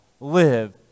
live